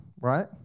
right